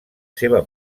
seva